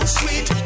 sweet